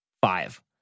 Five